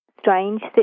strange